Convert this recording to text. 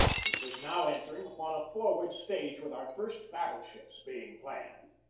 which was now entering upon a for ward stage with our first battle-ships being planned.